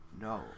No